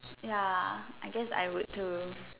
ya I guess I would too